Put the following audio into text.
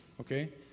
okay